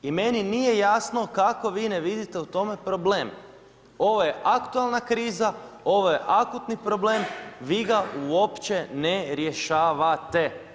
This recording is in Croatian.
I meni nije jasno kako vi ne vidite u tome problem, ovo je aktualna kriza, ovo je akutni problem vi ga uopće ne rješavate.